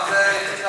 מה זה "יחידה"?